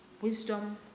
wisdom